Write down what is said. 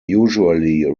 usually